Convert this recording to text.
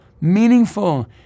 meaningful